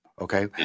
Okay